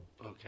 Okay